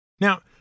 Now